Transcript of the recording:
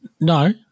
No